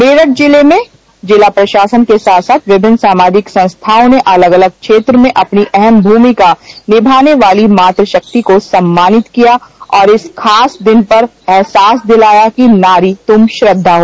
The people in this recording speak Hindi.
मेरठ जिले में जिला प्रशासन के साथ साथ विभिन्न सामाजिक संस्थाओं ने अलग अलग क्षेत्र में अपनी अहम भूमिका निभाने वाली मातृशक्ति को सम्मानित किया और इस खास दिन पर एहसास दिलाया कि नारी तुम श्रद्धा हो